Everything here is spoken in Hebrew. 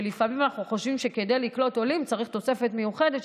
שלפעמים אנחנו חושבים שכדי לקלוט עולים צריך תוספת תקציב מיוחדת,